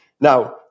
Now